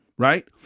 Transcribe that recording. Right